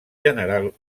general